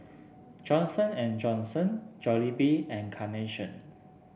Johnson And Johnson Jollibee and Carnation